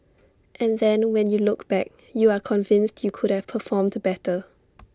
and then when you look back you are convinced you could have performed better